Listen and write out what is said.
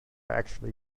actually